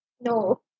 No